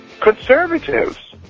Conservatives